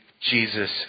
Jesus